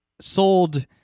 sold